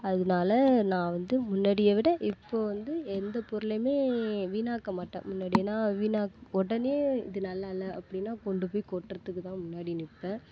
அதனால நான் வந்து முன்னாடியை விட இப்போது வந்து எந்த பொருளையுமே வீணாக்க மாட்டேன் முன்னாடினா வீணாக் உடனே இது நல்லா இல்லை அப்படின்னா கொண்டு போய் கொட்டுறதுக்கு தான் முன்னாடி நிற்பேன்